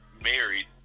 married